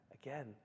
again